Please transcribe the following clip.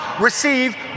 receive